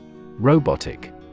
Robotic